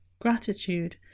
gratitude